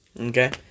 Okay